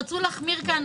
רצו להחמיר כאן,